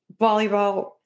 volleyball